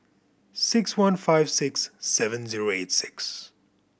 six one five six seven zero eight six